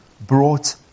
brought